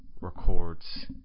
records